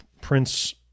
Prince